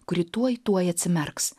kuri tuoj tuoj atsimerks